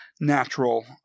natural